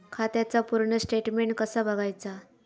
खात्याचा पूर्ण स्टेटमेट कसा बगायचा?